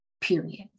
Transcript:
period